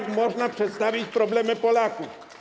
Jak można przedstawić problemy Polaków?